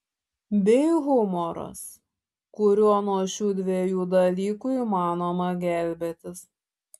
bei humoras kuriuo nuo šių dviejų dalykų įmanoma gelbėtis